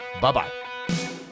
Bye-bye